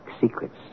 secrets